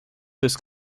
was